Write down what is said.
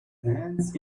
hands